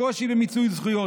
הקושי במיצוי זכויות.